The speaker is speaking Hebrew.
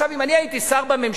עכשיו, אם אני הייתי שר בממשלה